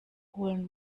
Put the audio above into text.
holen